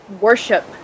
worship